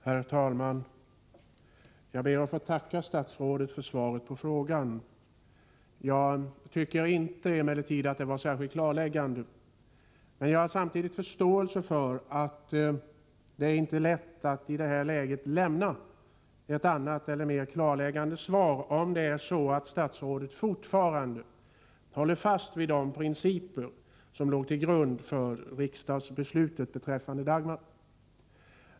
Herr talman! Jag ber att få tacka statsrådet för svaret på interpellationen. Det var emellertid inte särskilt klarläggande. Men jag har förståelse för att det i detta läge inte är lätt att lämna ett annat eller mer klarläggande svar, om statsrådet fortfarande håller fast vid de principer som låg till grund för riksdagsbeslutet beträffande Dagmarförslaget.